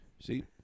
See